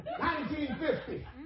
1950